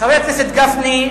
חבר הכנסת גפני,